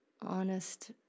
honest